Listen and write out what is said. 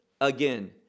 Again